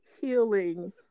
healing